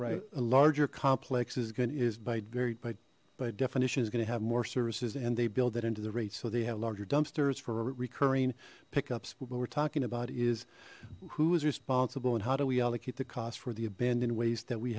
right a larger complex is good is by varied but by definition is going to have more services and they build that into the rates so they have larger dumpsters for recurring pickups but we're talking about is who is responsible and how do we allocate the cost for the abandoned ways that we